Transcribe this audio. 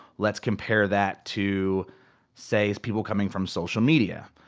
let's compare that to say people coming from social media,